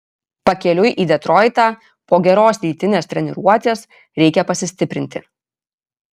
pakeliui į detroitą po geros rytinės treniruotės reikia pasistiprinti